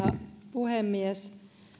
puhemies